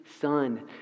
son